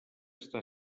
està